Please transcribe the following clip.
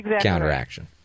counteraction